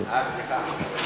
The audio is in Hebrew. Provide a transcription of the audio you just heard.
אה, סליחה.